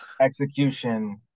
Execution